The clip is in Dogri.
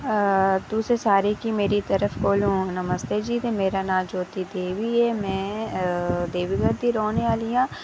तुसें सारें गी मेरे कोला दा नमस्ते ते मेरा नांऽ ज्योति देवी ऐ ते में देवीगढ़ दी रौह्ने आह्ली आं